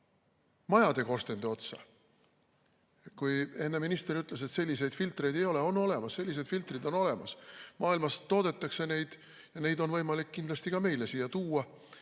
ka majade korstende otsa. Enne minister ütles, et selliseid filtreid ei ole. On olemas, sellised filtrid on olemas. Maailmas toodetakse neid ja neid on võimalik kindlasti ka meile siia tuua.